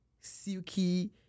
Silky